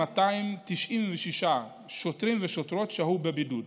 2,296 שוטרים ושוטרות שהו בבידוד.